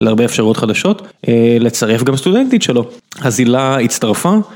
להרבה אפשרויות חדשות, לצרף גם סטודנטית שלו, הזילה הצטרפה.